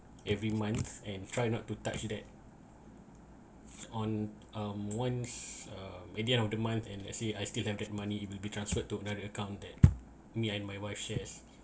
every month and try not to touch that on um once um at the end of the month and let's say I still have that money it will be transferred to another account that me and my wife shares